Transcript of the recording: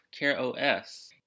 CareOS